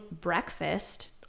breakfast